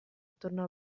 attorno